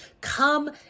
Come